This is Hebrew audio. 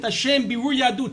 את השם בירור יהדות.